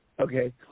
Okay